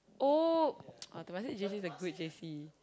oh uh Temasek-J_C is a good J_C